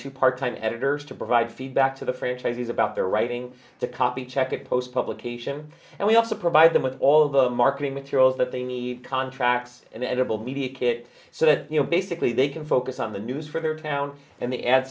two part time editors to provide feedback to the franchisees about their writing the copy check that post publication and we also provide them with all of the marketing materials that they need contracts and edible media kit so that you know basically they can focus on the news for their town and the a